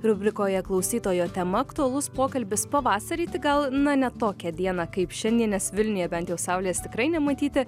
rubrikoje klausytojo tema aktualus pokalbis pavasarį tik gal na ne tokią dieną kaip šiandien nes vilniuje bent jau saulės tikrai nematyti